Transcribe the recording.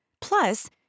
Plus